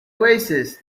oasis